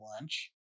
lunch